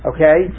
Okay